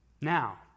now